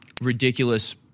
ridiculous